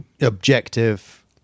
objective